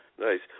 Nice